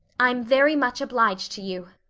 i'm very much obliged to you,